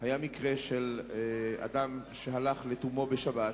היה מקרה של אדם שהלך לתומו בשבת